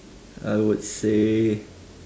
I would say